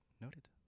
noted